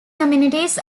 communities